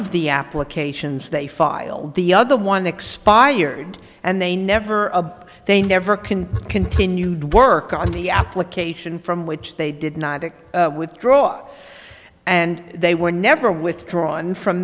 of the applications they filed the other one expired and they never of they never can continued work on the application from which they did not pick withdraw and they were never withdrawn from